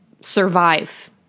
survive